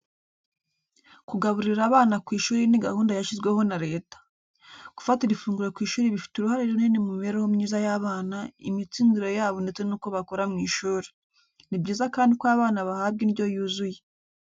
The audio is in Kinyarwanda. Kugaburira abana ku ishuri ni gahunda yashyizweho na Leta. Gufatira ifunguro ku ishuri bifite uruhare runini mu mibereho myiza y’abana, imitsindire yabo ndetse n'uko bakora mu ishuri. Ni byiza kandi ko abana bahabwa indyo yuzuye.